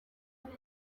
kuwa